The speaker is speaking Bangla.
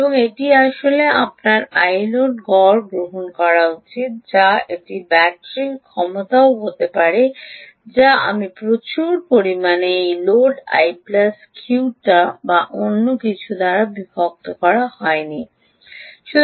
এবং এটি আসলে আপনার iload গড় গ্রহণ করা উচিত বা এটি ব্যাটারীর ক্ষমতাও হতে পারে যা আমি প্রচুর পরিমাণে I load plus I Q বা অন্য কিছু দ্বারা বিভক্ত হয়ে ওঠেনি